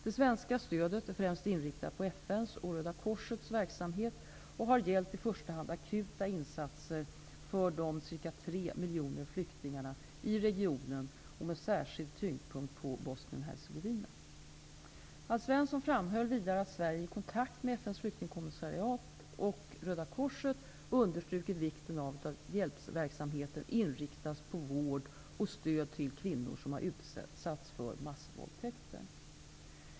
Det svenska stödet är främst inriktat på FN:s och Röda korsets verksamhet och har gällt i första hand akuta insatser för de ca 3 miljoner flyktingarna i regionen, med särskild tyngdpunkt på Bosnien-Hercegovina. Alf Svensson framhöll vidare att Sverige i kontakt med FN:s flyktingkommissariat och Röda korset understrukit vikten av att hjälpverksamheten inriktas på vård och stöd till kvinnor som utsatts för massvåldtäkter.